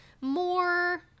more